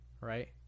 right